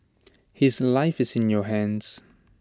his life is in your hands